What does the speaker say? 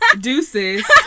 deuces